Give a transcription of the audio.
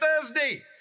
Thursday